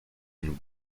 and